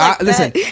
listen